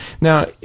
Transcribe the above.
Now